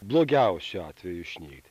blogiausiu atveju išnykt